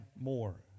more